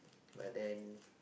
but then